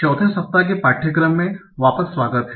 चौथे सप्ताह के पाठ्यक्रम मे वापस स्वागत है